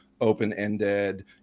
open-ended